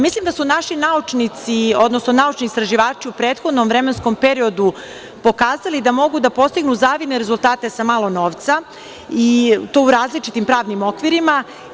Mislim da su naši naučnici, odnosno naučni istraživači u prethodnom vremenskom periodu pokazali da mogu da postignu zavidne rezultate sa malo novca i to u različitim pravnim okvirima.